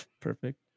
Perfect